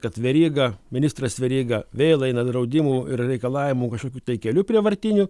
kad veryga ministras veryga vėl eina draudimų ir reikalavimų kažkokių tai keliu prievartiniu